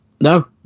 no